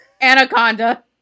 Anaconda